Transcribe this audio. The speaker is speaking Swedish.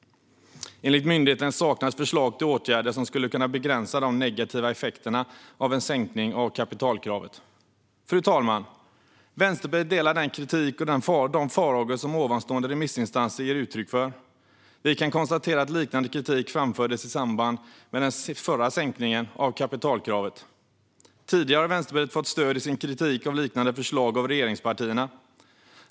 Enligt myndigheten saknas förslag till åtgärder som skulle kunna begränsa de negativa effekterna av en sänkning av kapitalkravet. Fru talman! Vänsterpartiet delar den kritik och de farhågor som ovanstående remissinstanser ger uttryck för. Vi kan konstatera att liknande kritik framfördes i samband med den förra sänkningen av kapitalkravet. Tidigare har Vänsterpartiet fått stöd av regeringspartierna i sin kritik av liknande förslag.